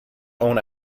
own